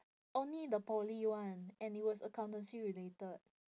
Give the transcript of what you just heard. only the poly [one] and it was accountancy related